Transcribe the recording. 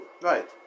Right